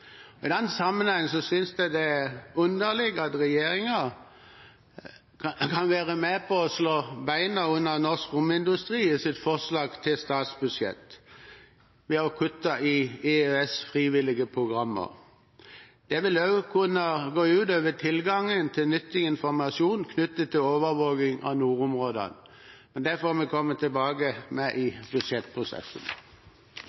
I den sammenheng synes jeg det er underlig at regjeringen kan være med på å slå bena under norsk romindustri i sitt forslag til statsbudsjett ved å kutte i EØS-frivillige programmer. Det vil også kunne gå ut over tilgangen til informasjon knyttet til overvåking av nordområdene. Det får vi komme tilbake til i